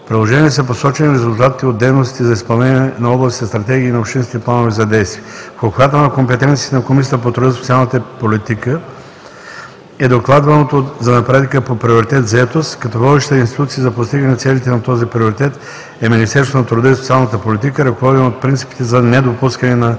приложението са посочени резултатите от дейностите за изпълнение на областните стратегии и на общинските планове за действие. В обхвата на компетенциите на Комисията по труда и социалната политика е докладваното за напредъка по приоритет „Заетост”, като водещата институция за постигане целите на този приоритет е Министерството на труда и социалната политика, ръководено от принципите за недопускане на